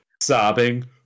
sobbing